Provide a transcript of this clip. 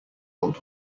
old